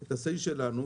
את ה-say שלנו.